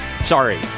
Sorry